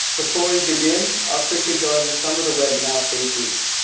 before we begin i'll quickly go over some of the webinar features.